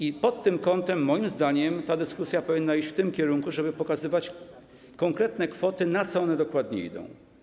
I w związku z tym moim zdaniem ta dyskusja powinna iść w tym kierunku, żeby pokazywać konkretne kwoty, na co one dokładnie idą.